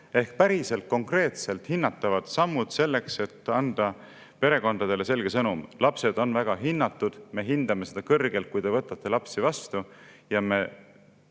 Ehk päriselt konkreetsed sammud selleks, et anda perekondadele selge sõnum: lapsed on väga hinnatud, me hindame seda kõrgelt, kui te võtate lapsi vastu, ja me